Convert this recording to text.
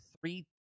three